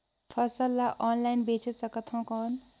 फसल ला ऑनलाइन बेचे सकथव कौन?